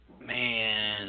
Man